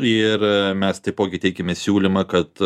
ir mes taipogi teikiame siūlymą kad